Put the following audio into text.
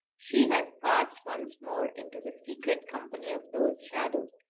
she has passed once more into the secret company of those shadows,